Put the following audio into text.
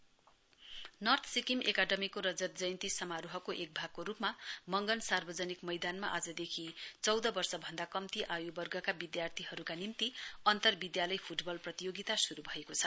north Sikkim academy north Sikkim एकाडमीको रजत जयन्ती समारोहको एक भागको रूपमा मंगन सार्वजनिक मैदानमा आजदेखि चौध वर्ष भन्दा कम्ती आयुवर्गका विधार्थीहरूका निम्ति अन्तविधालय फ्टबल प्रतियोगिता श्रू भएको छ